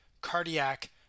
cardiac